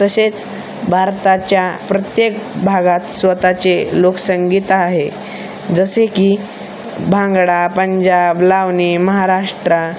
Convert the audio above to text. तसेच भारताच्या प्रत्येक भागात स्वत चे लोकसंगीत आहे जसे की भांगडा पंजाब लावणी महाराष्ट्रा